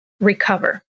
recover